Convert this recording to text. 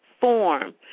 form